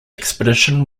expedition